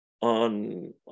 on